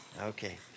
Okay